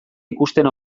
ikusten